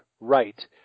right